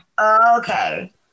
Okay